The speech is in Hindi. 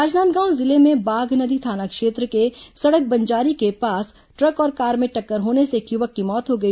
राजनांदगांव जिले में बाघनदी थाना क्षेत्र के सड़क बंजारी के पास ट्रक और कार में टक्कर होने से एक युवक की मौत हो गई